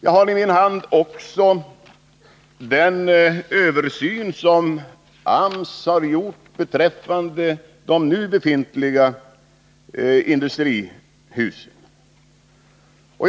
Jag har i min hand den översyn som AMS har gjort beträffande de nu befintliga industrihusen.